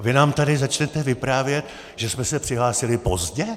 A vy nám tady začnete vyprávět, že jsme se přihlásili pozdě?